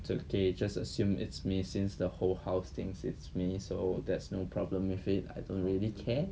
it's okay just assume it's me since the whole house thinks it's me so there's no problem with it I don't really care